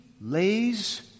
lays